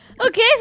Okay